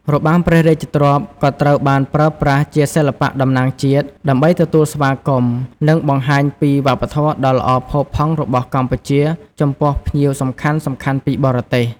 របាំព្រះរាជទ្រព្យក៏ត្រូវបានប្រើប្រាស់ជាសិល្បៈតំណាងជាតិ ដើម្បីទទួលស្វាគមន៍ និងបង្ហាញពីវប្បធម៌ដ៏ល្អផូរផង់របស់កម្ពុជាចំពោះភ្ញៀវសំខាន់ៗពីបរទេស។